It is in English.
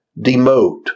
demote